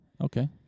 Okay